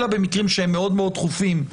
אלא במקרים שהם מאוד מאוד דחופים,